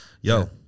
Yo